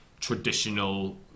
traditional